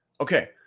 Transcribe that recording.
Okay